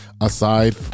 aside